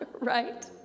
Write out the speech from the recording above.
right